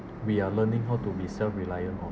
we are learning how to be self-reliant on